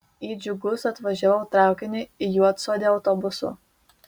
į džiugus atvažiavau traukiniu į juodsodę autobusu